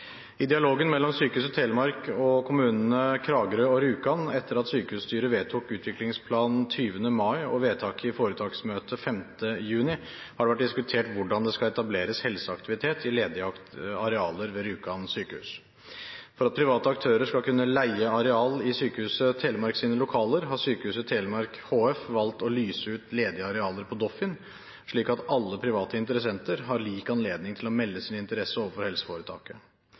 I dialogen mellom Sykehuset Telemark og kommunene Kragerø og Rjukan etter at sykehusstyret vedtok utviklingsplanen 20. mai og vedtaket i foretaksmøtet 5. juni, har det vært diskutert hvordan det skal etableres helseaktivitet i ledige arealer ved Rjukan sykehus. For at private aktører skal kunne leie areal i Sykehuset Telemarks lokaler, har Sykehuset Telemark HF valgt å lyse ut ledige arealer på Doffin, slik at alle private interessenter har lik anledning til å melde sin interesse overfor helseforetaket.